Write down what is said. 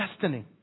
destiny